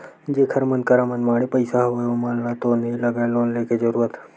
जेखर मन करा मनमाड़े पइसा हवय ओमन ल तो नइ लगय लोन लेके जरुरत